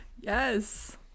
Yes